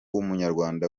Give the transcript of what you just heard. w’umunyarwanda